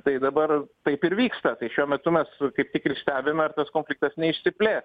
tai dabar taip ir vyksta tai šiuo metu mes su kaip tik ir stebim ar tas konfliktas neišsiplės